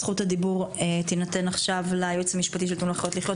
זכות הדיבור תינתן עכשיו ליועץ המשפטי של תנו לחיות לחיות,